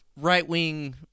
right-wing